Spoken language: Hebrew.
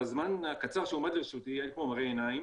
בזמן הקצר שעומד לרשותי אין כמו מראה עיניים